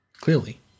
Clearly